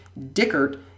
Dickert